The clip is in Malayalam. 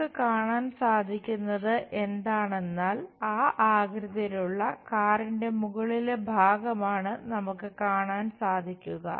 നമുക്ക് കാണാൻ സാധിക്കുന്നത് എന്താണെന്നാൽ ആ ആകൃതിയിലുള്ള കാറിന്റെ മുകളിലെ ഭാഗമാണ് നമുക്ക് കാണാൻ സാധിക്കുക